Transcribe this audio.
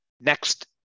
Next